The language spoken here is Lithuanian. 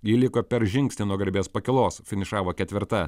ji liko per žingsnį nuo garbės pakylos finišavo ketvirta